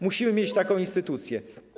Musimy mieć taką instytucję.